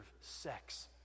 sex